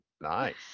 Nice